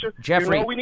Jeffrey